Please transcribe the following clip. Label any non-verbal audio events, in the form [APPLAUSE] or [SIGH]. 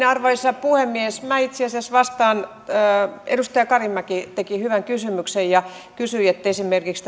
[UNINTELLIGIBLE] arvoisa puhemies minä itse asiassa vastaan siihen kun edustaja karimäki teki hyvän kysymyksen ja kysyi esimerkiksi [UNINTELLIGIBLE]